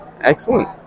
Excellent